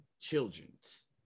children's